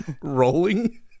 Rolling